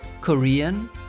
Korean